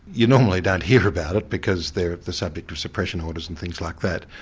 you normally don't hear about it because they're the subject of suppression orders and things like that,